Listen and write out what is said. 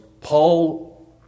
Paul